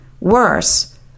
Worse